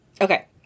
Okay